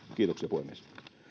kiitoksia puhemies